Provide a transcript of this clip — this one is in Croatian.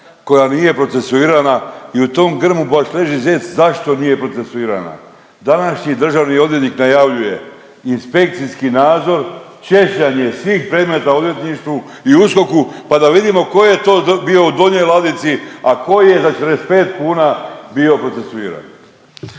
koja nije procesuirana i u tom grmu baš leži zec zašto nije procesuirana. Današnji državni odvjetnik najavljuje inspekcijski nadzor, češljanje svih predmeta odvjetništvu i USKOK-u pa da vidimo tko je to bio u donjoj ladici, a tko je za 45 kuna bio procesuiran.